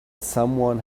someone